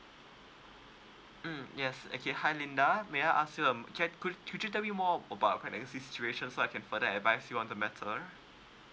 mm yes okay hi linda may I ask you um can could you tell me more about your financing situation so I can further advice you on the matter